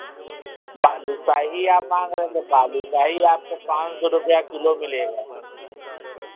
बालू शाही आप माँग रहें तो बालू शाही आपको पाँच सौ रुपैया किलो मिलेगा